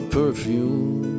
perfume